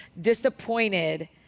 disappointed